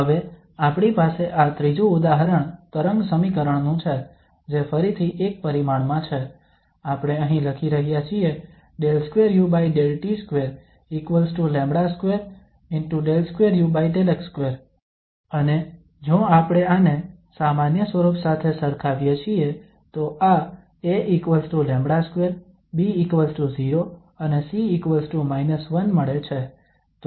હવે આપણી પાસે આ ત્રીજું ઉદાહરણ તરંગ સમીકરણ નું છે જે ફરીથી એક પરિમાણમાં છે આપણે અહીં લખી રહ્યા છીએ 𝜕2u𝜕t2𝜆2 𝜕2u𝜕x2 અને જો આપણે આને સામાન્ય સ્વરૂપ સાથે સરખાવીએ છીએ તો આ A𝜆2 B0 અને C−1 મળે છે